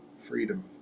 freedom